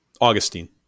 Augustine